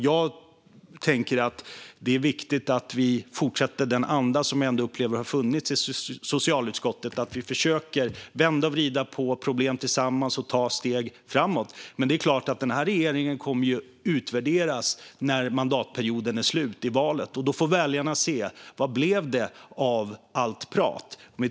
Jag tänker att det är viktigt att fortsätta i den anda som jag upplever har funnits i socialutskottet att försöka vända och vrida på problem tillsammans och ta steg framåt. Den här regeringen kommer att utvärderas när mandatperioden är slut, i valet. Då får väljarna se vad det blev av allt prat.